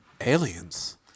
aliens